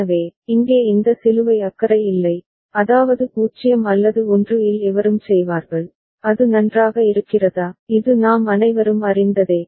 எனவே இங்கே இந்த சிலுவை அக்கறை இல்லை அதாவது 0 அல்லது 1 இல் எவரும் செய்வார்கள் அது நன்றாக இருக்கிறதா இது நாம் அனைவரும் அறிந்ததே